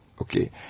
okay